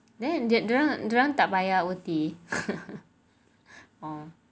then dia orang dia orang tak bayar O_T hmm